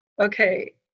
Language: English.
okay